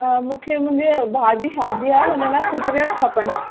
अ मूंखे मुंहिंजे भाउ जी शादी आहे हुन लाइ फुट वेयर्स खपनि